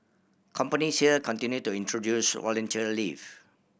companies here continue to introduce volunteer leave